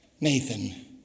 Nathan